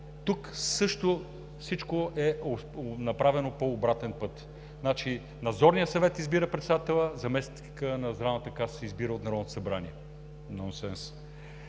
Тук всичко е направено по обратен път – Надзорният съвет избира председателя, заместникът на Здравната каса се избира от Народното събрание. Нонсенс!